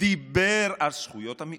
דיבר על זכויות המיעוט,